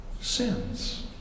sins